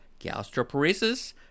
Gastroparesis